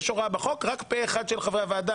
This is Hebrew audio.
יש הוראה בחוק - רק פה אחד של חברי הוועדה.